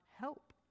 help